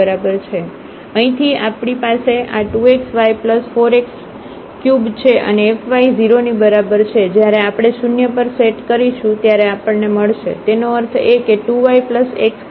તેથી અહીંથી આપણી પાસે આ 2xy4x3 છે અને fy 0 ની બરાબર છે જ્યારે આપણે શૂન્ય પર સેટ કરીશું ત્યારે આપણને મળશે તેનો અર્થ એ કે 2yx2 0 ની બરાબર છે